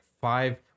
five